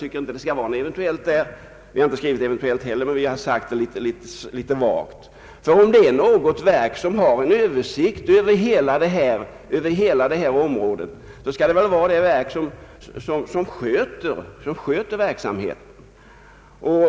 Vi har inte använt ordet eventuellt, men vi har uttryckt oss litet vagt. Om det finns något verk som har överblick över det här området, så skall det väl vara det verk som sköter verksamheten.